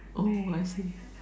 oh I see